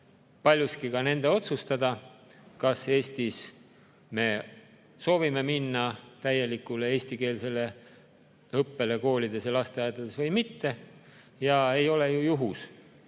paljuski ka nende otsustada, kas me soovime Eestis üle minna täielikule eestikeelsele õppele koolides ja lasteaedades või mitte. Ei ole ju juhus,